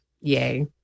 yay